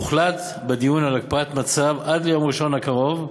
הוחלט בדיון על הקפאת מצב עד ליום ראשון הקרוב,